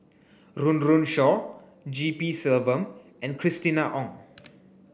Run Run Shaw G P Selvam and Christina Ong